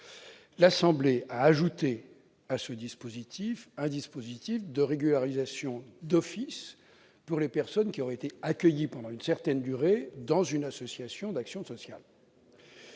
L'Assemblée nationale a ajouté un dispositif de régularisation d'office pour toutes les personnes qui auraient été accueillies pendant une certaine durée dans une association d'action sociale.